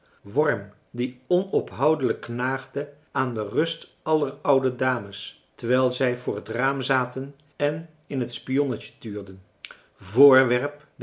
worm die onophoudelijk knaagde aan de rust aller françois haverschmidt familie en kennissen oude dames terwijl zij voor het raam zaten en in het spionnetje tuurden voorwerp